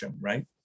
right